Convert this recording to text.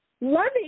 loving